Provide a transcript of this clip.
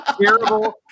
Terrible